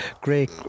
great